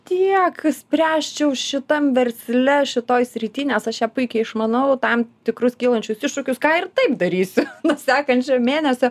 tiek spręsčiau šitam versle šitoj srity nes aš ją puikiai išmanau tam tikrus kylančius iššūkius ką ir taip darysiu nuo sekančio mėnesio